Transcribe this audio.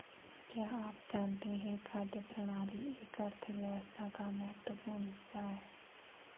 क्या आप जानते है खाद्य प्रणाली एक अर्थव्यवस्था का महत्वपूर्ण हिस्सा है?